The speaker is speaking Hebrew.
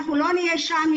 אנחנו לא נהיה שם,